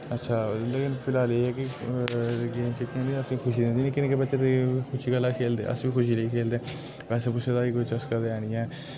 अच्छा इंदे कन्नै फिलहाल एह् ऐ कि गेम्स दिक्खने ते असें खुशी दिन्दी निक्के निक्के बच्चे ते खुशी गल्ला खेलदे अस बी खुशी लेई खेलदे पैसा पुसे दा असें कोई चस्का ते ऐ निं ऐ